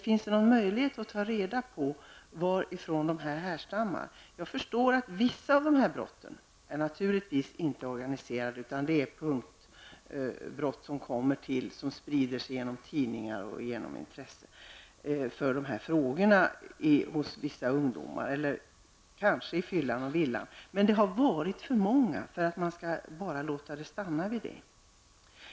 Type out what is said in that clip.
Finns det någon möjlighet att ta reda på varifrån den härstammar? Jag förstår att vissa av brotten naturligtvis inte är organiserade utan att det är fråga om punktbrott, som sprider sig genom tidningar och intresse för dessa frågor hos vissa ungdomar. Det kan också hända i fyllan och villan. Det har dock varit för många brott för att man skall låta det stanna vid det.